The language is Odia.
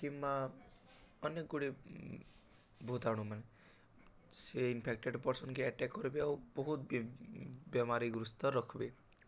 କିମ୍ବା ଅନେକଗୁଡ଼ିଏ ଭୂତାଣୁମାନେ ସେ ଇନଫେକ୍ଟେଡ଼ ପର୍ସନ୍କେ ଆଟାକ୍ କରିବେ ଆଉ ବହୁତ ବେମାରୀଗୃସ୍ତ ରଖ୍ବେ